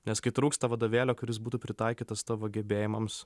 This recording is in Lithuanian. nes kai trūksta vadovėlio kuris būtų pritaikytas tavo gebėjimams